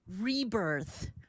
rebirth